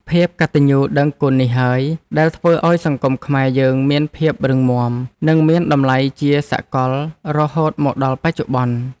ភាពកតញ្ញូដឹងគុណនេះហើយ ដែលធ្វើឱ្យសង្គមខ្មែរយើងមានភាពរឹងមាំ និងមានតម្លៃជាសកលរហូតមកដល់បច្ចុប្បន្ន។